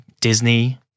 Disney